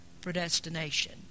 predestination